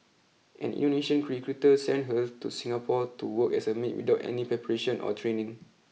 an Indonesian cricruiter sent her to Singapore to work as a maid without any preparation or training